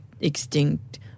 extinct